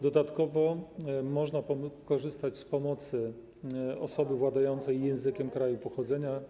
Dodatkowo można korzystać z pomocy osoby władającej językiem kraju pochodzenia.